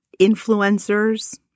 influencers